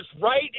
right